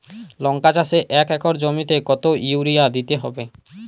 লংকা চাষে এক একর জমিতে কতো ইউরিয়া দিতে হবে?